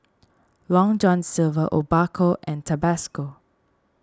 Long John Silver Obaku and Tabasco